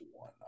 one